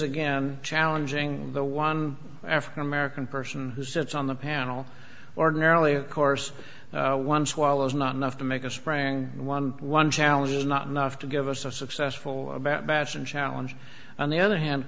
again challenging the one african american person who sits on the panel ordinarily of course one swallow is not enough to make a spring one one challenge is not enough to give us a successful about mass and challenge on the other hand